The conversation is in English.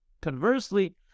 Conversely